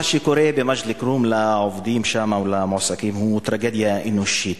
מה שקורה במג'ד-אל-כרום לעובדים שם או למועסקים הוא טרגדיה אנושית,